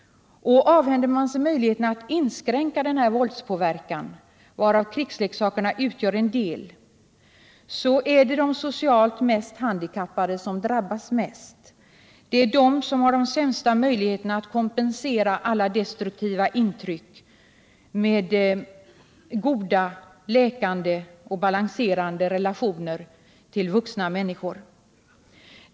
Avhänder man sig möjligheten att inskränka den våldspåverkan, varav krigsleksakerna utgör en del, är det de socialt mest handikappade som drabbas mest. Det är de som har de sämsta möjligheterna att kompensera alla destruktiva intryck med goda läkande och balanserande relationer till vuxna människor.